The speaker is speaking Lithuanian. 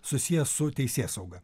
susiję su teisėsauga